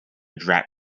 drag